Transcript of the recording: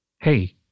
Hey